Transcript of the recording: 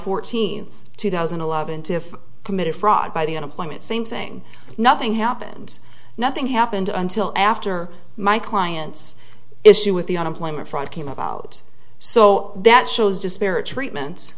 fourteenth two thousand and eleven tiff committed fraud by the unemployment same thing nothing happens nothing happened until after my client's issue with the unemployment front came about so that shows disparate treatment